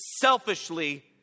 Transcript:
selfishly